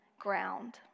ground